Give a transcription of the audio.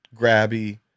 grabby